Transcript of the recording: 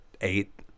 eight